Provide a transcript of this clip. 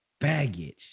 baggage